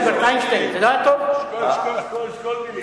שקול מלים.